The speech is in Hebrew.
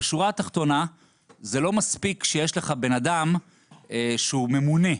בשורה התחתונה זה לא מספיק שיש לך בן אדם שהוא ממונה,